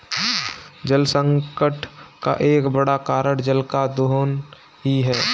जलसंकट का एक बड़ा कारण जल का दोहन ही है